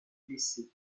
blessé